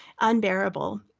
unbearable